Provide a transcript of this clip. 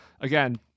again